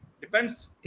depends